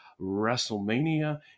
WrestleMania